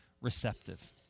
receptive